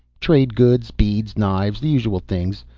trade goods, beads, knives, the usual things.